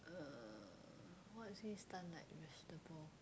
uh what makes me stunned like vegetable